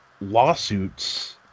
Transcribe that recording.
lawsuits